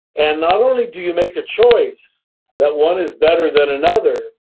and not only do you make a choice that one is better than another,